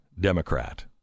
Democrat